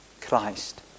Christ